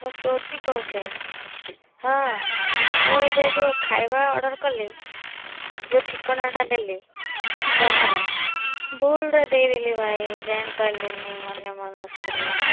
ମୁଁ ସୁତି କହୁଛେ ହଁ ମୁଁ ଏବେ ଯେଉଁ ଖାଇବା ଅର୍ଡ଼ର କଲି ଯେଉଁ ଠିକଣାଟା ଦେଲି ଡାହାର ଭୁଲରେ ଦେଇ ଦେଲି ଭାଇ ଜାଣି ପାଇଲିନି ଅନ୍ୟମନସ୍କରେ